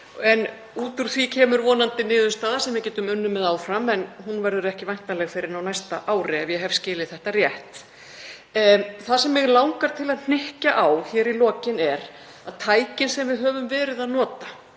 en út úr því kemur vonandi niðurstaða sem við getum unnið með áfram. En hún verður ekki væntanleg fyrr en á næsta ári, ef ég hef skilið þetta rétt. Það sem mig langar til að hnykkja á í lokin varðar tækin sem við höfum verið að nota.